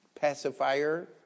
Pacifier